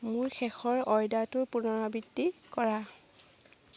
মোৰ শেষৰ অৰ্ডাৰটোৰ পুনৰাবৃত্তি কৰা